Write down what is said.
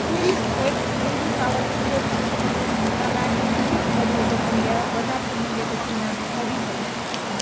cherries X baby shower silver किटका लागि उल्लेख गरिएको मूल्य बजारको मूल्यको तुलनामा सही छैन